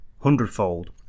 hundredfold